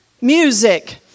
music